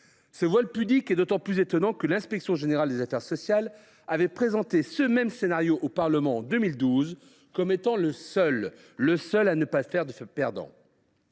Ce voile pudique est d’autant plus étonnant que l’inspection générale des affaires sociales (Igas) avait présenté ce même scénario au Parlement, en 2012, comme le seul à ne pas faire de perdants.